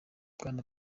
bwana